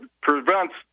prevents